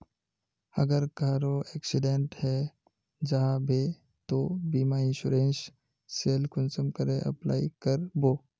अगर कहारो एक्सीडेंट है जाहा बे तो बीमा इंश्योरेंस सेल कुंसम करे अप्लाई कर बो?